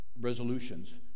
resolutions